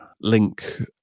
link